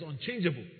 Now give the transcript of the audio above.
unchangeable